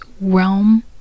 realm